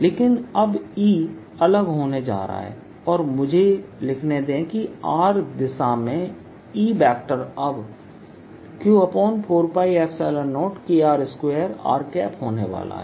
लेकिन अब E अलग होने जा रहा है और मुझे लिखने दें किr दिशा में E वेक्टर अबQ4π0Kr2r होने वाला है